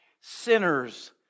sinners